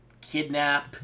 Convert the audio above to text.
kidnap